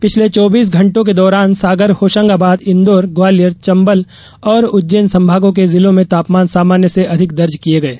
पिछले चौबीस घण्टों के दौरान सागर होशंगाबाद इंदौर ग्वालियर चंबल और उज्जैन संभागों के जिलों में तापमान सामान्य से अधिक दर्ज किये गये